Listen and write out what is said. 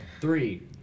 Three